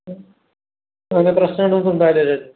ഉം അതിന് പ്രശ്നം ഒന്നും ഉണ്ടാവില്ലല്ലോ അല്ലേ